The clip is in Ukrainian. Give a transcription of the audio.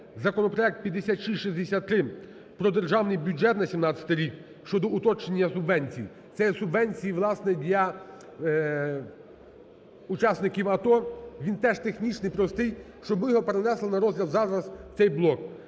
законопроект 5663 про Державний бюджет на 17-й рік щодо уточнення субвенцій, це субвенції, власне, для учасників АТО, він теж технічний, простий, щоб ми його перенесли на розгляд зараз цей блок.